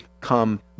come